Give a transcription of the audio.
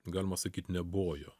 galima sakyt nebojo